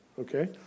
okay